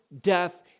death